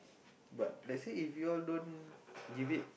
but let's say if you all don't give it